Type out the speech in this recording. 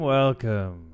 welcome